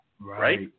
Right